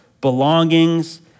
belongings